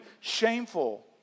shameful